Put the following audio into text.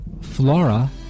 Flora